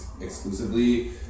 exclusively